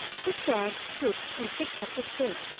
the stag stooped and picked up the snake,